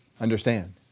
understand